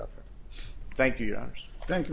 up thank you thank you